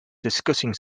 discussing